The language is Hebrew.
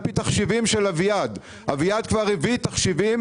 על-פי תחשיבים של אביעד אביעד כבר הביא תחשיבים